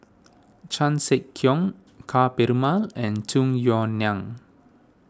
Chan Sek Keong Ka Perumal and Tung Yue Nang